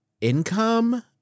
income